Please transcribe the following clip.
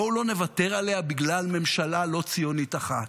בואו לא נוותר עליה בגלל ממשלה לא ציונית אחת.